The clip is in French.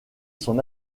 son